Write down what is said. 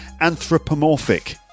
anthropomorphic